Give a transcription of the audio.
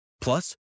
Plus